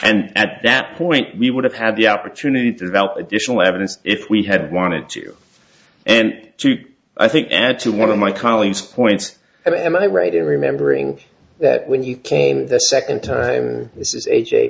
and at that point we would have had the opportunity to develop additional evidence if we had wanted to and i think add to one of my colleagues points i mean am i right in remembering that when you came the second time